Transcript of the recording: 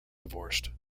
divorced